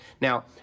Now